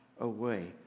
Away